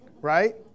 right